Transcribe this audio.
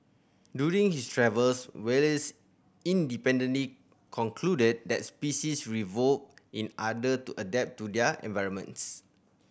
during his travels Wallace independently concluded that species revolve in other to adapt to their environments